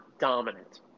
dominant